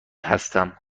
هستم